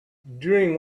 during